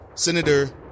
Senator